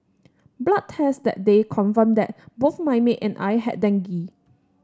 blood tests that day confirmed that both my maid and I had dengue